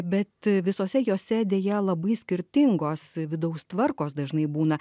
bet visose jose deja labai skirtingos vidaus tvarkos dažnai būna